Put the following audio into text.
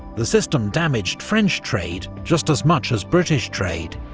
the system damaged french trade just as much as british trade.